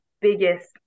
biggest